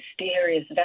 mysterious